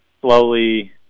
slowly